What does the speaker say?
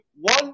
one